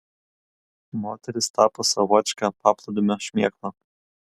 moteris tapo savotiška paplūdimio šmėkla